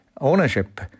ownership